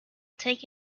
take